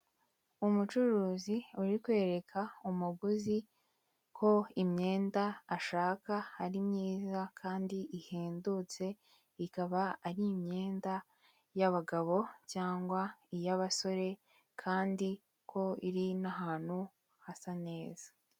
Umucuruzi uri kwereka umuguzi ko imyenda ashaka ari myiza kandi ihendutse ikaba ari imyenda y'abagabo cyangwa iy'abasore kandi ko iri n'ahantu hasa neza.